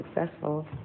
successful